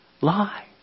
lie